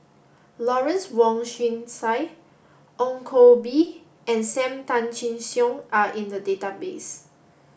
Lawrence Wong Shyun Tsai Ong Koh Bee and Sam Tan Chin Siong are in the database